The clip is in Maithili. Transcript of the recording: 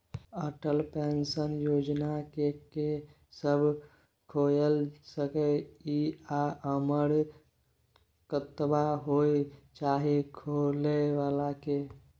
अटल पेंशन योजना के के सब खोइल सके इ आ उमर कतबा होय चाही खोलै बला के?